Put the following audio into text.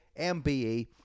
MBE